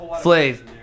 flave